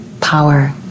power